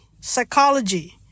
psychology